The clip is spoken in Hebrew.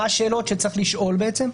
מה השאלות שצריך לשאול בעצם.